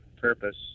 purpose